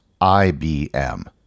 IBM